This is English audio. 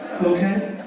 Okay